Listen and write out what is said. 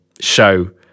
show